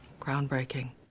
Groundbreaking